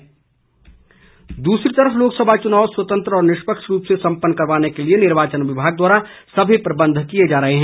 चुनाव प्रबंध लाहौल दूसरी तरफ लोकसभा चुनाव स्वतंत्र व निष्पक्ष रूप से सम्पन्न कराने के लिए निर्वाचन विभाग द्वारा सभी प्रबंध किए जा रहे हैं